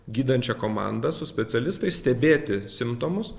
gydančia komanda su specialistais stebėti simptomus